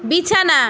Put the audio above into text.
বিছানা